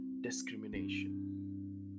discrimination